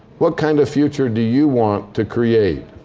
what kind of future do you want to create?